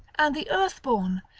and the earthborn,